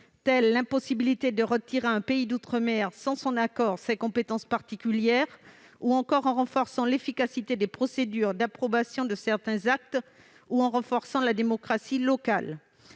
tels que l'impossibilité de retirer à un pays d'outre-mer, sans son accord, ses compétences particulières, ou encore en renforçant l'efficacité des procédures d'approbation de certains actes ou la démocratie locale.